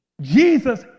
Jesus